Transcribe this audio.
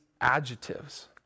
adjectives